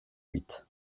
huit